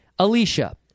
Alicia